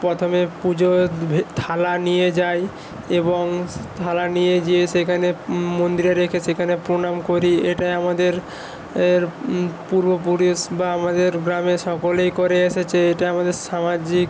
প্রথমে পুজোর ভে থালা নিয়ে যাই এবং থালা নিয়ে যেয়ে সেখানে মন্দিরে রেখে সেখানে প্রণাম করি এটা আমাদের এর পূর্ব পুরুষ বা আমাদের গ্রামে সকলেই করে এসেছে এটা আমাদের সামাজিক